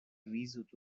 ریز